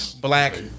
Black